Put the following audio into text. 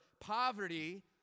poverty